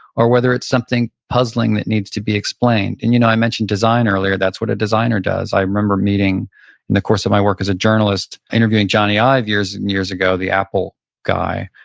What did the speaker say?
or whether it's something puzzling that needs to be explained and you know i mentioned design earlier, that's what a designer does. i remember meeting in the course of my work as a journalist interviewing jony ive years and years ago, the apple guy.